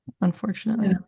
Unfortunately